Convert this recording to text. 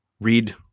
read